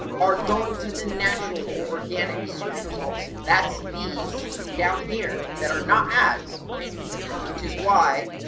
are going to the natural or organic search results, that's these down here that are not ads which is why